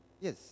Yes